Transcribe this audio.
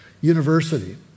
University